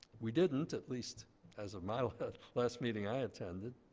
we didn't, at least as of my like ah last meeting i attended.